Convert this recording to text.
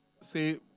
say